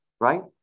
right